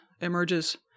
emerges